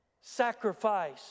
sacrifice